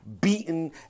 beaten